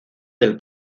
del